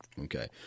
Okay